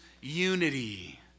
unity